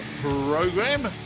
program